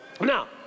Now